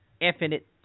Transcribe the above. infinite